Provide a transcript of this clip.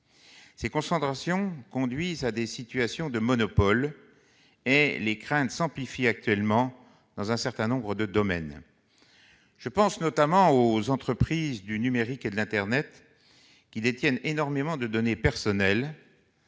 Ces concentrations conduisent toutefois à des situations de monopole, et les craintes s'amplifient actuellement dans un certain nombre de domaines. Je pense notamment aux entreprises du numérique et de l'internet, qui détiennent énormément de données personnelles.